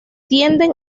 tienden